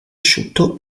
asciutto